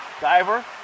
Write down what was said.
Diver